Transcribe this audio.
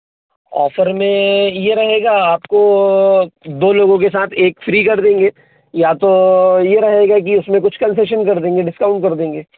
offer में ये रहेगा आप को दो लोगों के साथ एक फ़्री कर देंगे या तो ये रहेगा कि उस में कुछ कन्सेशन कर देंगे डिस्काउंट कर देंगे